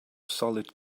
solid